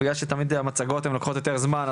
בגלל שתמיד המצגות לוקחות קצת יותר זמן,